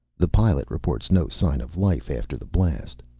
the pilot reports no sign of life after the blast.